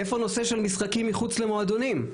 איפה הנושא של משחקים מחוץ למועדונים?